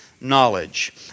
knowledge